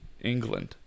England